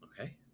Okay